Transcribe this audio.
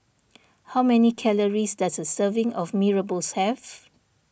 how many calories does a serving of Mee Rebus have